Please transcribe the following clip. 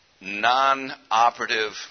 Non-operative